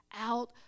out